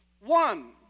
one